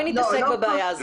בואי נתעסק בבעיה הזאת.